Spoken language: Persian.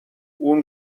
اون